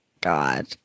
God